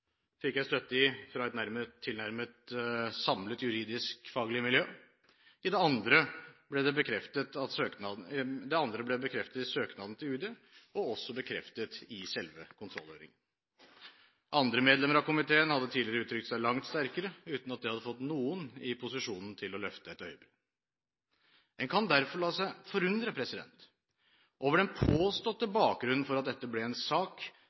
fikk jeg støtte for fra et tilnærmet samlet juridisk fagmiljø. Det andre ble bekreftet i søknaden til UD og også bekreftet i selve kontrollhøringen. Andre medlemmer av komiteen hadde tidligere uttrykt seg langt sterkere, uten at det hadde fått noen i posisjonen til å løfte et øye. En kan derfor la seg forundre over den påståtte bakgrunnen for at dette ble en sak